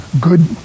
good